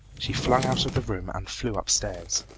she flung out of the room and flew upstairs.